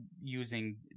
using